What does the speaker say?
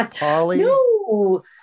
No